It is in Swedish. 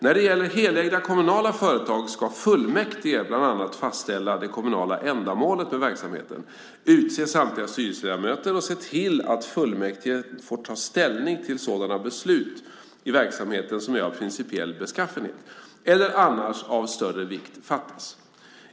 När det gäller helägda kommunala företag ska fullmäktige bland annat fastställa det kommunala ändamålet med verksamheten, utse samtliga styrelseledamöter och se till att fullmäktige får ta ställning innan sådana beslut i verksamheten som är av principiell beskaffenhet eller annars av större vikt fattas.